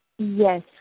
Yes